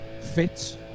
fits